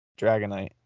Dragonite